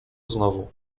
znowu